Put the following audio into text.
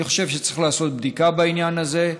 אני חושב שצריך לעשות בדיקה בעניין הזה.